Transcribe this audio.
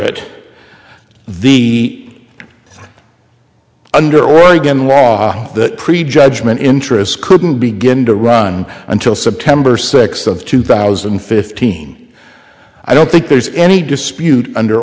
it the under oregon law that prejudgment interest couldn't begin to run until september sixth of two thousand and fifteen i don't think there's any dispute under